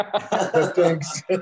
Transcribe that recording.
thanks